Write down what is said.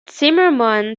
zimmerman